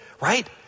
right